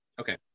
okay